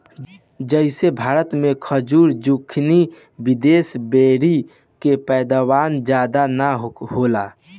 जइसे भारत मे खजूर, जूकीनी, विदेशी बेरी के पैदावार ज्यादा ना होला